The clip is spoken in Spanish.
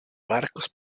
barcos